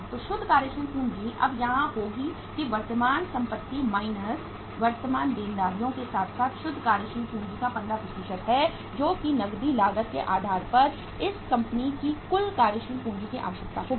तो शुद्ध कार्यशील पूंजी अब यहाँ होगी कि वर्तमान संपत्ति माइनस वर्तमान देनदारियों के साथ साथ शुद्ध कार्यशील पूंजी का 15 है जो कि नकदी लागत के आधार पर इस कंपनी की कुल कार्यशील पूंजी की आवश्यकता होगी